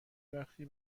وقتی